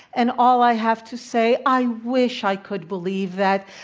and all i have to say, i wish i could believe that.